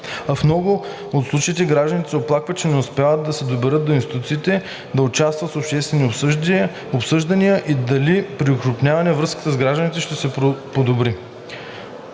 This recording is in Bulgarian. В много от случаите гражданите се оплакват, че не успяват да се доберат до институциите, да участват в обществени обсъждания и дали при окрупняване връзката с гражданите ще се подобри.